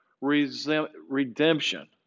redemption